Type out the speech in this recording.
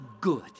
good